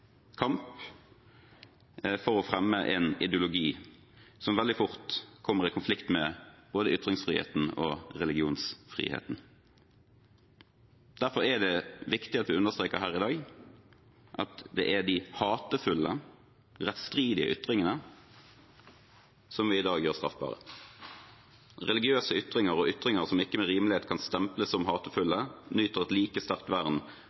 kamp for å fremme en ideologi som veldig fort kommer i konflikt med både ytringsfriheten og religionsfriheten. Derfor er det viktig at vi understreker her i dag at det er de hatefulle, rettsstridige ytringene som vi i dag gjør straffbare. Religiøse ytringer og ytringer som med rimelighet ikke kan stemples som hatefulle, nyter et like sterkt vern